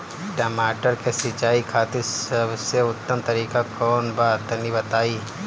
टमाटर के सिंचाई खातिर सबसे उत्तम तरीका कौंन बा तनि बताई?